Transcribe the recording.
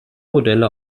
modelle